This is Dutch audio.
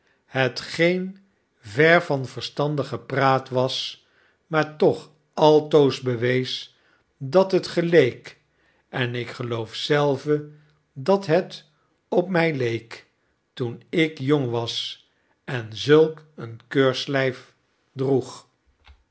hetgeen ver van verstandige praat was maar toch altoos bewees dat het geleek en ik geloof zelve dat het op mij leek toen ik jong was en zulk een keurslyf droeg